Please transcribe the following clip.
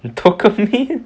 dopamine